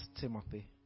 Timothy